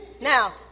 Now